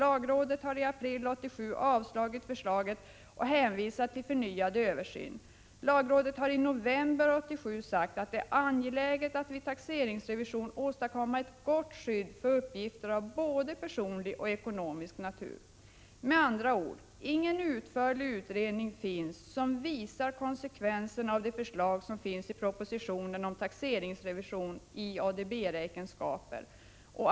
Lagrådet har i april 1987 avslagit förslaget och hänvisat till förnyad översyn. 6. Lagrådet har i november 1987 sagt att det är angeläget att vid taxeringsrevision åstadkomma ett gott skydd för uppgifter av både personlig och ekonomisk natur. Med andra ord finns ingen utförlig utredning som visar konsekvenserna av det förslag som finns i propositionen om taxeringsrevision i ADB-räkenskaper.